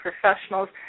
professionals